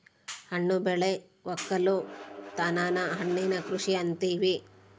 ಹಣ್ಣು ಬೆಳೆ ವಕ್ಕಲುತನನ ಹಣ್ಣಿನ ಕೃಷಿ ಅಂತಿವಿ